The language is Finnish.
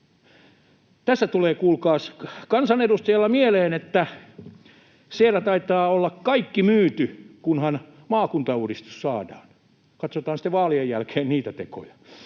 Tässä tulee kuulkaas kansanedustajalla mieleen, että siellä taitaa olla kaikki myyty, kunhan maakuntauudistus saadaan. Katsotaan sitten vaalien jälkeen niitä tekoja.